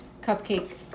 cupcake